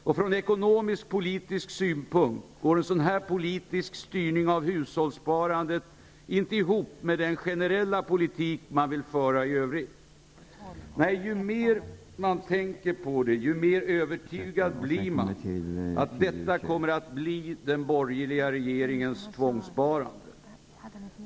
Och från ekonomisk-politisk synpunkt går en sådan här politisk styrning av hushållssparandet inte ihop med den generella politik man vill föra i övrigt: Nej, ju mer man tänker på det ju mer övertygad blir man att detta kommer att bli den borgerliga regeringens tvångssparande.''